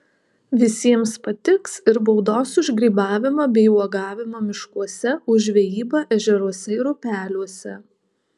visiems patiks ir baudos už grybavimą bei uogavimą miškuose už žvejybą ežeruose ir upeliuose